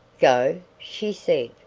go! she said.